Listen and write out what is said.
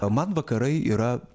man vakarai yra